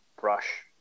brush